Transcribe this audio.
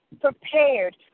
prepared